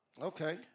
Okay